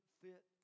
fit